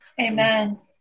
Amen